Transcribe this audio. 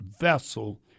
vessel